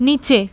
নিচে